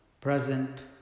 present